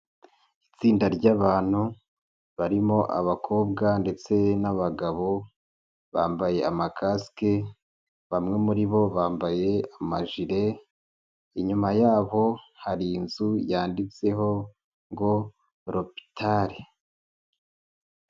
Itsinda ry'abantu barimo abakobwa ndetse n'abagabo, bambaye amakasike, bamwe muri bo bambaye amajire, inyuma yabo hari inzu yanditseho ngo ropitari.